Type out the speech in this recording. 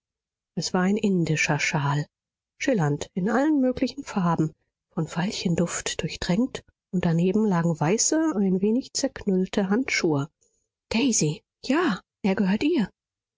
es war ein indischer schal schillernd in allen möglichen farben von veilchenduft durchtränkt und daneben lagen weiße ein wenig zerknüllte handschuhe daisy ja er gehört ihr